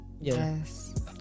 Yes